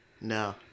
No